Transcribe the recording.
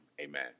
Amen